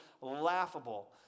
laughable